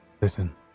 Listen